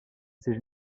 c’est